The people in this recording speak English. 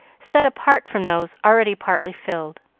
set apart from those already partly filled.